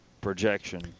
projection